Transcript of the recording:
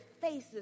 faces